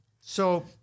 So-